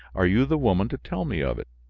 are you the woman to tell me of it?